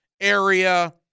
area